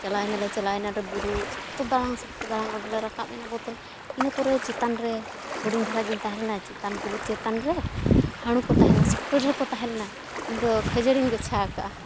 ᱪᱟᱞᱟᱣ ᱮᱱᱟᱞᱮ ᱪᱟᱞᱟᱣ ᱮᱱᱟᱞᱮ ᱵᱩᱨᱩ ᱥᱚᱠᱛᱚ ᱫᱟᱬᱟᱝ ᱥᱚᱠᱛᱚ ᱫᱟᱬᱟᱝ ᱚᱸᱰᱮᱞᱮ ᱨᱟᱠᱟᱵ ᱮᱱᱟ ᱵᱚᱛᱚᱨ ᱤᱱᱟᱹ ᱯᱚᱨᱮ ᱪᱮᱛᱟᱱ ᱨᱮ ᱦᱩᱰᱤᱧ ᱫᱷᱟᱨᱟᱜᱤᱧ ᱛᱟᱦᱮᱸ ᱞᱮᱱᱟ ᱪᱮᱛᱟᱱ ᱵᱩᱨᱩ ᱪᱮᱛᱟᱱ ᱨᱮ ᱦᱟᱬᱩ ᱠᱚ ᱛᱟᱦᱮᱸ ᱞᱮᱱᱟ ᱥᱚᱠᱛᱚ ᱰᱷᱮᱨ ᱠᱚ ᱛᱟᱦᱮᱸ ᱞᱮᱱᱟ ᱤᱧᱫᱚ ᱠᱷᱟᱡᱟᱹᱲᱤᱧ ᱜᱚᱪᱷᱟ ᱟᱠᱟᱜᱼᱟ